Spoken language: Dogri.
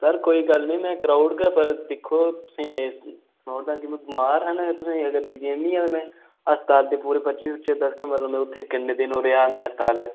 सर कोई गल्ल नेईं में कराई ओड़गा पर दिक्खो तुसें ई सनाई ओड़ना कि में बमार हा ना तु'सें गी अगर जकीन निं ऐ ते में अस्पताल दे पूरे पर्चियां शर्चियां दस्सगा मतलब में उत्थै किन्ने दिन ओ रेहा में अस्पताल